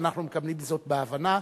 אנחנו מקבלים זאת בהבנה,